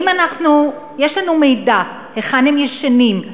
האם יש לנו מידע היכן הם ישנים?